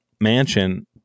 mansion